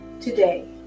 today